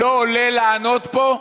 לא עולה לענות פה?